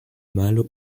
mal